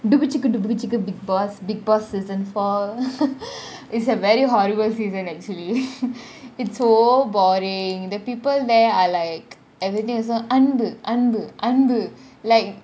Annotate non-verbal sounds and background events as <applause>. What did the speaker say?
டுபுசிக்கி டுபுசிக்கி :dubuchiki dubuchiki big boss big boss season four <laughs> is a very horrible season actually it's so boring the people there are like everything also அன்பு அன்பு அன்பு :anbu anbu anbu